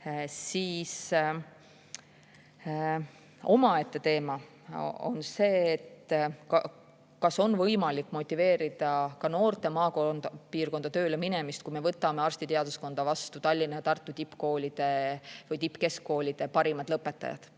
Omaette teema on see, kas on võimalik motiveerida ka noori maapiirkonda tööle minema. Kui me võtame arstiteaduskonda vastu Tallinna ja Tartu tippkeskkoolide parimad lõpetajad,